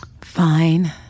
Fine